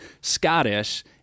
Scottish